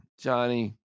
Johnny